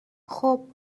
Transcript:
خوب